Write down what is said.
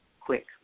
quick